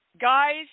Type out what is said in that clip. guys